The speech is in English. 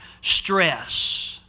stress